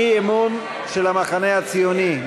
אי-אמון של המחנה הציוני.